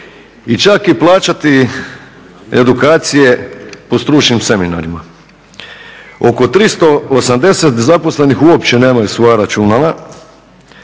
i čak i plaćati edukacije po stručnim seminarima. Oko 380 zaposlenih uopće nemaju svoja računala